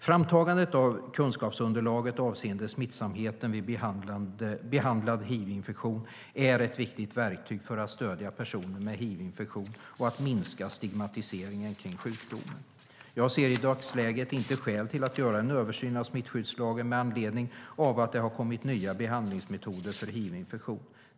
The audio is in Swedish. Framtagandet av kunskapsunderlaget avseende smittsamheten vid behandlad hivinfektion är ett viktigt verktyg för att stödja personer med hivinfektion och att minska stigmatiseringen kring sjukdomen. Jag ser i dagsläget inte skäl till att göra en översyn av smittskyddslagen med anledning av att det har kommit nya behandlingsmetoder för hivinfektion.